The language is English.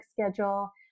schedule